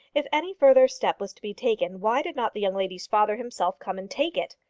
if any further step was to be taken, why did not the young lady's father himself come and take it?